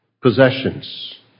possessions